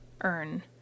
earn